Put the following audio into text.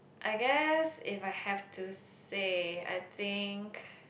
I guess if I have to say I think